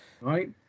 right